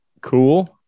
cool